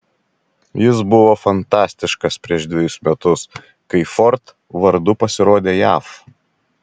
jis buvo fantastiškas prieš dvejus metus kai ford vardu pasirodė jav